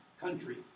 country